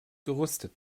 gerüstet